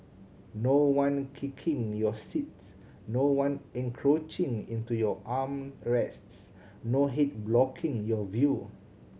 no one kicking your seats no one encroaching into your arm rests no head blocking your view